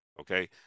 Okay